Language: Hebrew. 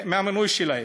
מהמינוי שלהם.